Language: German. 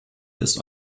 ist